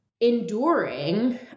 enduring